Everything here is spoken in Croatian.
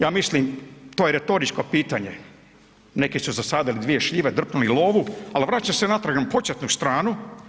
Ja mislim, to je retoričko pitanje, neki su zasadili dvije šljive, drpnuli lovu, ali vraća se natrag na početnu stranu.